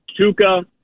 tuca